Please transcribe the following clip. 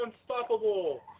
Unstoppable